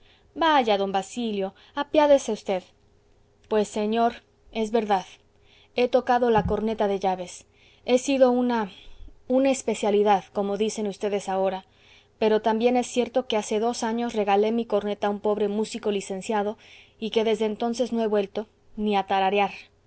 vaya d basilio apiádese v pues señor es verdad he tocado la corneta de llaves he sido una una especialidad como dicen ustedes ahora pero también es cierto que hace dos años regalé mi corneta a un pobre músico licenciado y que desde entonces no he vuelto ni a tararear